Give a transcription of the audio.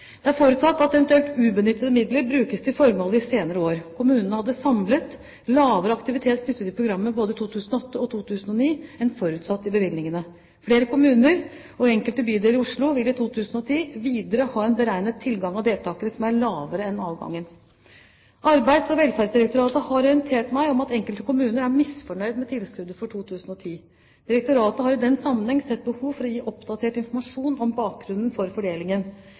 Det er forutsatt at eventuelt ubenyttede midler brukes til formålet i senere år. Kommunene hadde samlet en lavere aktivitet knyttet til programmet både i 2008 og 2009 enn forutsatt i bevilgningene. Flere kommuner og enkelte bydeler i Oslo vil i 2010 videre ha en beregnet tilgang av deltakere som er lavere enn avgangen. Arbeids- og velferdsdirektoratet har orientert meg om at enkelte kommuner er misfornøyd med tilskuddet for 2010. Direktoratet har i den sammenheng sett behov for å gi oppdatert informasjon om bakgrunnen for fordelingen.